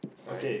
right